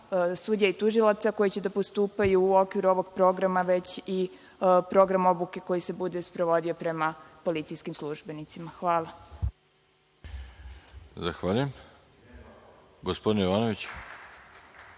sudija i tužilaca koji će da postupaju u okviru ovog programa, već i program obuke koji se bude sprovodio prema policijskim službenicima. Hvala. **Veroljub Arsić**